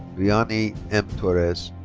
viany m. torres.